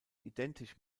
identisch